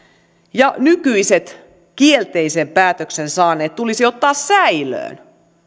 ja nykyiset kielteisen päätöksen saaneet tulisi ottaa säilöön